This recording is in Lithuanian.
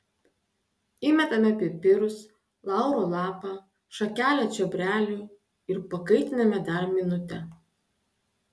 įmetame pipirus lauro lapą šakelę čiobrelių ir pakaitiname dar minutę